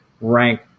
rank